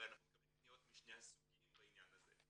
הרי אנחנו מקבלים פניות משני הסוגים בעניין הזה.